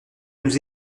nous